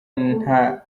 nta